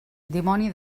dimoni